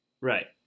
Right